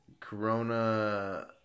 Corona